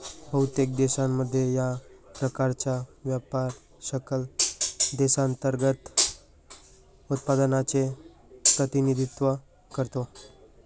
बहुतेक देशांमध्ये, या प्रकारचा व्यापार सकल देशांतर्गत उत्पादनाचे प्रतिनिधित्व करतो